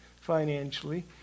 financially